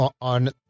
on